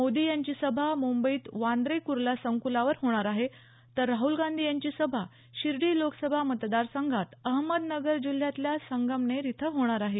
मोदी यांची सभा मुंबईत वांद्रे कुर्ला संकुलावर होणार आहे तर राहुल गांधी यांची सभा शिर्डी लोकसभा मतदार संघात अहमदनगर जिल्ह्यातल्या संगमनेर इथं होणार आहे